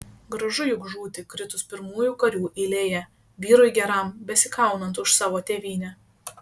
gražu juk žūti kritus pirmųjų karių eilėje vyrui geram besikaunant už savo tėvynę